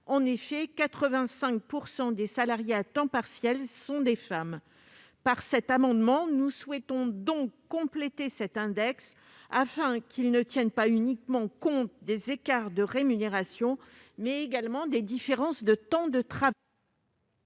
En effet, 85 % des salariés à temps partiel sont des femmes. Ainsi, au travers de cet amendement, nous souhaitons compléter cet index afin qu'il tienne compte non seulement des écarts de rémunération mais également des différences de temps de travail.